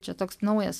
čia toks naujas